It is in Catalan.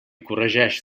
corregeix